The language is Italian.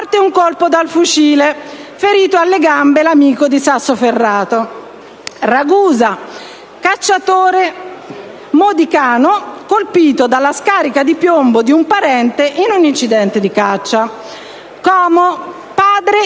un colpo dal fucile: ferito alle gambe l'amico a Sassoferrato». «Ragusa - Cacciatore modicano colpito dalla scarica di piombo di un parente in un incidente di caccia». «Como - Padre